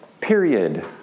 period